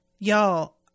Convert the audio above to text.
y'all